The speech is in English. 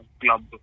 club